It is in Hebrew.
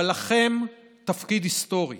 אבל לכם תפקיד היסטורי: